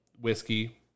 whiskey